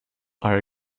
are